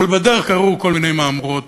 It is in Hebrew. אבל בדרך קרו כל מיני מהמורות: